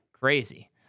Crazy